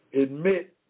admit